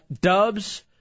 Dubs